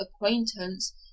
acquaintance